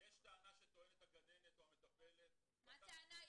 יש טענה שטוענת הגננת או המטפלת --- מה טענה?